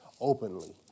openly